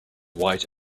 white